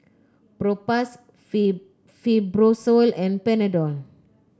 Propass Fibrosol and Panadol